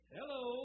Hello